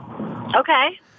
Okay